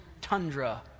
tundra